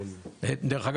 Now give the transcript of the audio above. דרך אגב,